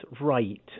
right